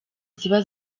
ziba